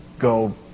go